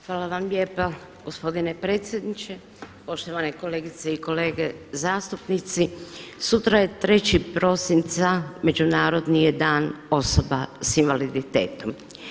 Hvala vam lijepa gospodine predsjedniče, poštovane kolegice i kolege zastupnici sutra je 3. prosinca Međunarodni je Dan osoba s invaliditetom.